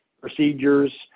procedures